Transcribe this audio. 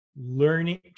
learning